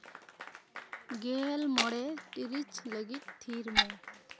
ᱜᱮᱞ ᱢᱚᱬᱮ ᱴᱤᱲᱤᱡ ᱞᱟᱹᱜᱤᱫ ᱛᱷᱤᱨ ᱢᱮ